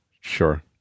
Sure